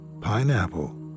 pineapple